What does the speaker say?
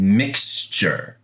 mixture